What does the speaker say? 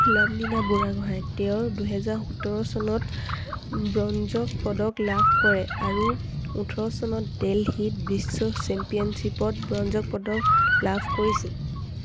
লভলিনা বুঢ়াগোহাঁই তেওঁৰ দুহেজাৰ সোতৰ চনত ব্ৰঞ্জক পদক লাভ কৰে আৰু ওঠৰ চনত দেলহিত বিশ্ব চেম্পিয়নশ্বিপত ব্ৰঞ্জক পদক লাভ কৰিছিল